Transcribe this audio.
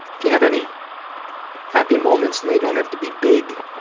you have any happy moments and they don't have to be big